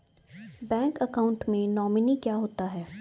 Bank account में nominee क्या होता है?